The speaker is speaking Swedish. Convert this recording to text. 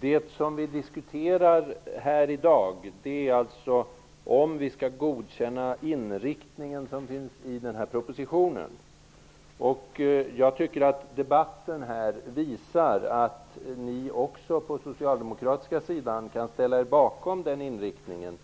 Det som vi diskuterar här i dag är alltså om vi skall godkänna den inriktning som finns i propositionen. Jag tycker att debatten visar att även ni på den socialdemokratiska sidan kan ställa er bakom den inriktningen.